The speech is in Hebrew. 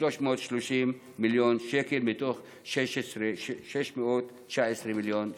כ-330 מיליון שקל מתוך 619 מיליון שקל.